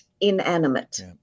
inanimate